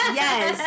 yes